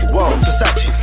Versace